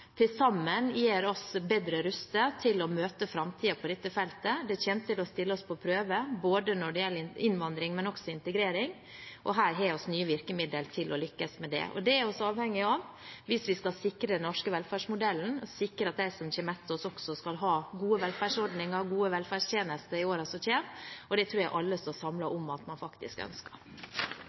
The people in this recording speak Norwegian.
til sammen gjør oss bedre rustet til å møte framtiden på dette feltet. Det kommer til å stille oss på prøve både når det gjelder innvandring og integrering, og her har vi nye virkemidler til å lykkes med det. Det er vi avhengig av hvis vi skal sikre den norske velferdsmodellen og sikre at de som kommer etter oss også skal ha gode velferdsordninger og gode velferdstjenester i årene som kommer. Det tror jeg alle står samlet om at man faktisk ønsker.